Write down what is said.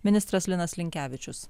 ministras linas linkevičius